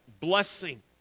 blessing